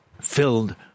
filled